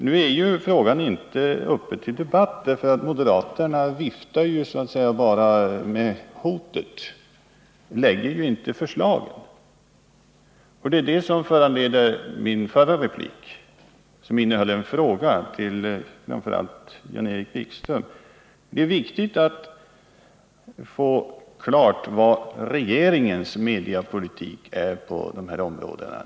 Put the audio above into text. Nu är frågan inte uppe till avgörande, ty moderaterna viftar bara med 55 hotet, de lägger inte fram förslagen. Det var det som föranledde min förra replik, som innehöll en fråga till framför allt Jan-Erik Wikström. Det är viktigt att få klargjort vad som är regeringens mediapolitik på de här områdena.